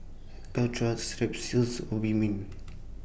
Caltrate Strepsils Obimin